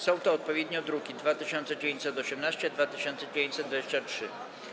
Są to odpowiednio druki nr 2918 i 2923.